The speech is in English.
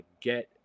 get